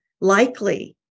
likely